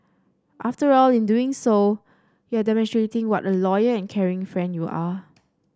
after all in doing so you are demonstrating what a loyal and caring friend you are